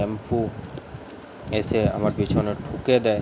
tempo এসে আমার পেছনে ঠুকে দেয়